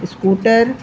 scooter